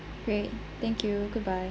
okay thank you goodbye